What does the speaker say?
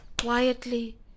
quietly